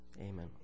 amen